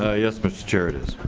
ah yes mr. chair it is.